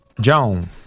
Joan